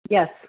Yes